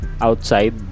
outside